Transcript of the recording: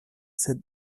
sed